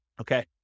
Okay